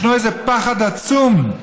ישנו איזה פחד עצום: